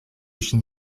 ŝin